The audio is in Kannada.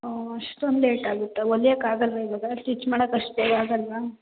ಓ ಅಷ್ಟೊಂದು ಲೇಟ್ ಆಗುತ್ತಾ ಹೊಲಿಯಕ್ ಆಗಲ್ವಾ ಇವಾಗ ಸ್ಟಿಚ್ ಮಾಡೋದ್ ಅಷ್ಟು ಬೇಗ ಆಗಲ್ವಾ